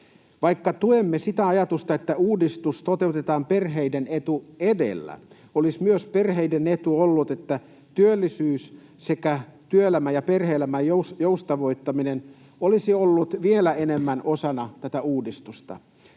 Vaikka tuemme sitä ajatusta, että uudistus toteutetaan perheiden etu edellä, olisi myös perheiden etu ollut, että työllisyys sekä työelämän ja perhe-elämän joustavoittaminen olisi ollut vielä enemmän osana tätä uudistusta.